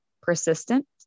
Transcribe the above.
persistent